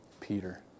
Peter